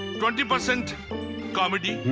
twenty percent comedy.